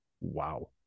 Wow